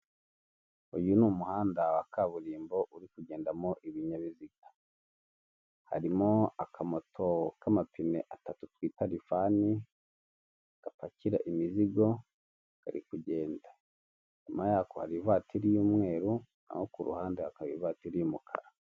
Uyu n’ umuhanda wa kaburimbo uri kugendamo ibinyabiziga harimo akamoto k'amapine atatu twita lifani gapakira imizigo kari kugenda inyuma yako hari ivatiri y'umweru naho ku ruhande hari ivatiri y'umukara.